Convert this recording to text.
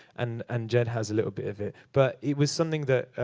and and jed has a little bit of it. but it was something that